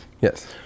Yes